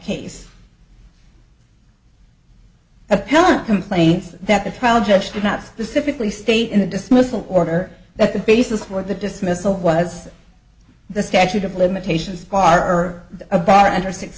case appellant complains that the trial judge did not specifically state in the dismissal order that the basis for the dismissal was the statute of limitations bar or a bar under six